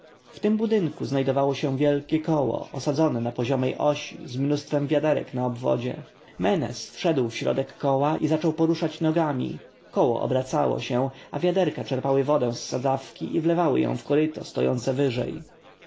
w tym budynku znajdowało się wielkie koło osadzone na poziomej osi z mnóstwem wiaderek na obwodzie menes wszedł wewnątrz koła i zaczął poruszać nogami koło obracało się a wiaderka czerpały wodę z sadzawki i wlewały ją w koryto stojące wyżej